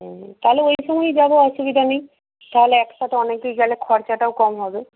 হুম তাহলে ওই সময়েই যাব অসুবিধা নেই তাহলে একসাথে অনেকে গেলে খরচাটাও কম হবে